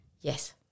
Yes